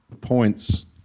points